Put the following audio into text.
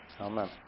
Amen